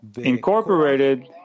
incorporated